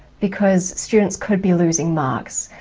because students could be losing marks,